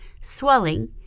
swelling